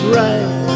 right